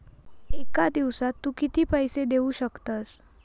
एका दिवसात तू किती पैसे देऊ शकतस?